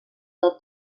del